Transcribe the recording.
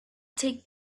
take